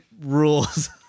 rules